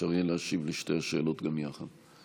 אפשר יהיה להשיב לשתי השאלות גם יחד.